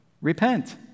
Repent